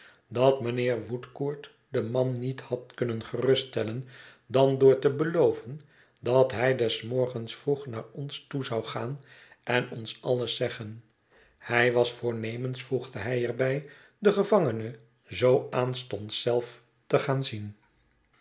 dat mijnheer woodcourt den man niet had kunnen geruststellen dan door te beloven dat hij des morgens vroeg naar ons toe zou gaan en ons alles zeggen hij was voornemens voegde hij er bij den gevangene zoo aanstonds zelf te gaan zien